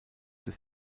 des